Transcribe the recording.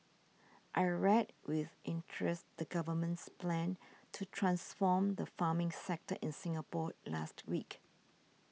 I read with interest the Government's plan to transform the farming sector in Singapore last week